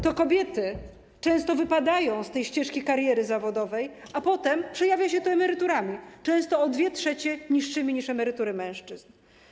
To kobiety często wypadają ze ścieżki kariery zawodowej, a potem przejawia się to emeryturami często o 2/3 niższymi niż emerytury mężczyzn.